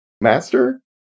master